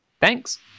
Thanks